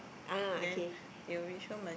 ah okay